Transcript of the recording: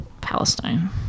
Palestine